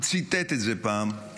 הוא ציטט את זה פעם בפנינו,